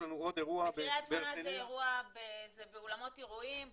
בקרית שמונה זה באולמות אירועים.